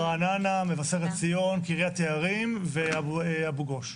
רעננה, מבשרת ציון, קרית יערים ואבו גוש.